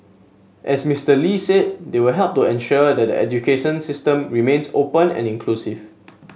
as Mister Lee said they will help to ensure that the education system remains open and inclusive